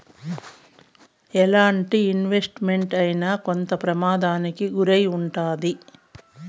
ఎలాంటి investment అయినా కొంత ప్రమాదానికి గురై ఉంటాది